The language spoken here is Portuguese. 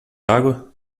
água